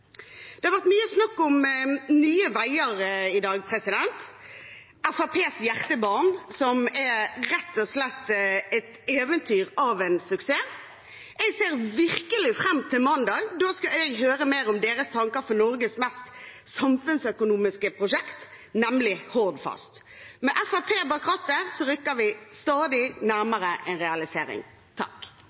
Det har i dag vært mye snakk om Nye veier, Fremskrittspartiets hjertebarn som rett og slett er et eventyr av en suksess. Jeg ser virkelig fram til mandag, da skal jeg høre mer om deres tanker for Norges mest samfunnsøkonomiske prosjekt, nemlig Hordfast. Med Fremskrittspartiet bak rattet rykker vi stadig nærmere en realisering.